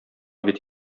бит